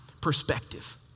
perspective